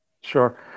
Sure